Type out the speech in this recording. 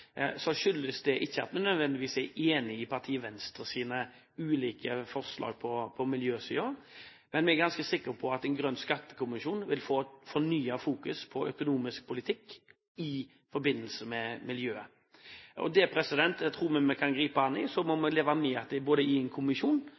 skyldes det ikke nødvendigvis at vi er enig i partiet Venstres ulike forslag på miljøsiden. Men vi er ganske sikre på at en grønn skattekommisjon vil skape fornyet fokus på økonomisk politikk i forbindelse med miljøet. Slik tror vi at vi kan gripe det an. Så må